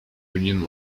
union